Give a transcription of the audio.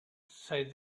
said